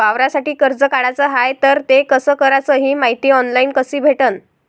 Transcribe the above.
वावरासाठी कर्ज काढाचं हाय तर ते कस कराच ही मायती ऑनलाईन कसी भेटन?